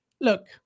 Look